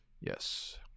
Yes